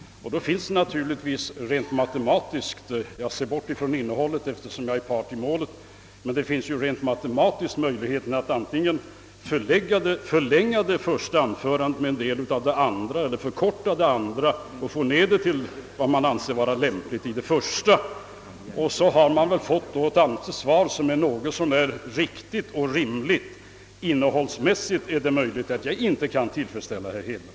Det finns naturligtvis rent matematiskt — jag bortser från innehållet eftersom jag är part i målet — möjligheten att förlänga det första anförandet med en del av det andra eller förkorta det andra och på så sätt få ned det hela till vad man anser vara lämpligt vad längden beträffar. Innehållsmässigt är det möjligt att jag inte kan tillfredsställa herr Hedlund.